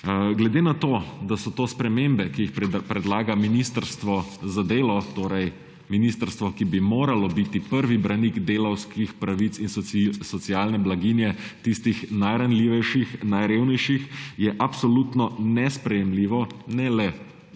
Glede na to, da so to spremembe, ki jih predlaga Ministrstvo za delo, torej ministrstvo, ki bi moralo biti prvi branik delavskih pravic in socialne blaginje tistih najranljivejših, najrevnejših, je absolutno nesprejemljiva ne le